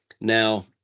Now